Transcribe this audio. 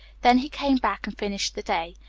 then he came back and finished the day.